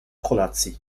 kolacji